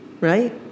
right